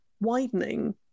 widening